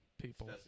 people